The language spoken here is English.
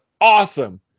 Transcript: Awesome